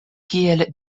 kiel